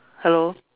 hello